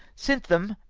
sent them,